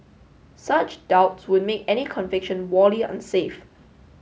such doubts would make any conviction unsafe